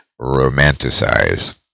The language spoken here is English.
romanticize